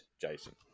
Jason